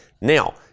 Now